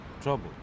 trouble